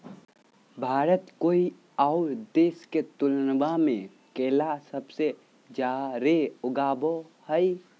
भारत कोय आउ देश के तुलनबा में केला सबसे जाड़े उगाबो हइ